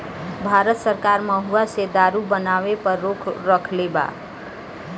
भारत सरकार महुवा से दारू बनावे पर रोक रखले बा